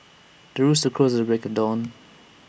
the rooster crows at the break of dawn